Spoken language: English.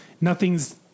nothing's